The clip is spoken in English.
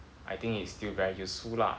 I think it's still very useful lah